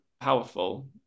powerful